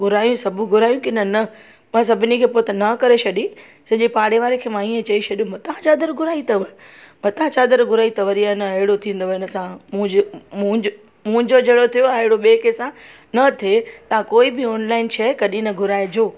घुरायूं सभु घुरायूं कि न न मां सभिनी खे पोइ त न करे छॾी सॼे पाड़े वारे खे मां ईअं चई छॾो मां तव्हां चादर घुराई अथव मतां चादर घुराई त वरी आहे न अहिड़ो थींदव इन सां मुंझ मूंझ मुंहिहिजो जेड़ो थियो आहे अहिड़ो ॿिए कंहिंसां न थिए तव्हां कोई बि ऑनलाइन शइ कॾहिं न घुराइजो